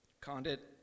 Condit